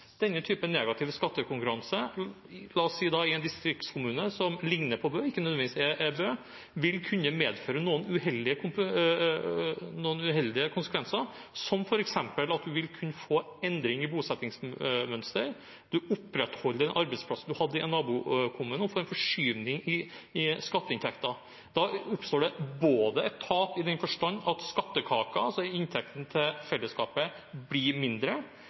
denne typen negativ skattekonkurranse i – la oss si – en distriktskommune som ligner på Bø, men ikke nødvendigvis er Bø, vil kunne ha noen uheldige konsekvenser? Man vil f.eks. kunne få endring i bosettingsmønster, man opprettholder den arbeidsplassen man hadde i en nabokommune, og får en forskyvning i skatteinntektene. Da oppstår det både et tap i den forstand at skattekaken, altså inntektene til fellesskapet, blir mindre,